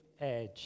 edge